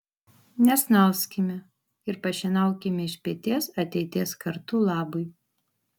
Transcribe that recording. nesnauskime ir pašienaukime iš peties ateities kartų labui